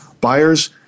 Buyers